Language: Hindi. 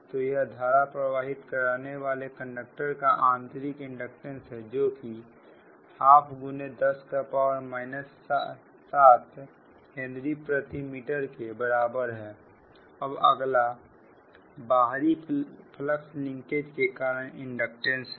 तो यह धारा प्रवाहित करने वाले कंडक्टर का आंतरिक इंडक्टेंस है जोकि 12x10 7हेनरी प्रति मीटर के बराबर है अब अगला बाहरी फ्लक्स लिंकेज के कारण इंडक्टेंस है